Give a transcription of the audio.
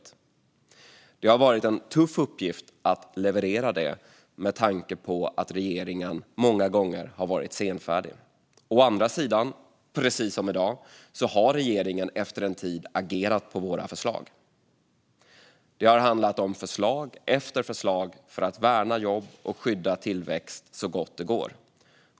Det har, å ena sidan, varit en tuff uppgift att leverera detta med tanke på att regeringen många gånger har varit senfärdig. Å andra sidan, precis som i dag, har regeringen efter en tid agerat på våra förslag. Det har handlat om förslag efter förslag om att värna jobb och skydda tillväxt så gott det går.